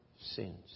sins